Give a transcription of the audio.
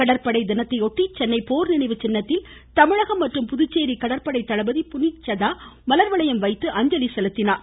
கடற்படை தினத்தை ஒட்டி சென்னை போர் நினைவு சின்னத்தில் தமிழகம் மற்றும் புதுச்சேரி கடற்படை தளபதி புனித் சதா மலர்வளையம் வைத்து அஞ்சலி செலுத்தினார்